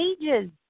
pages